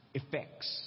effects